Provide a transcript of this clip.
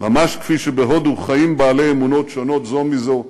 ממש כפי שבהודו חיים בעלי אמונות שונות זו מזו,